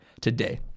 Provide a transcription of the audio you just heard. today